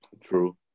true